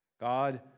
God